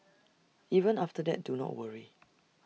even after that do not worry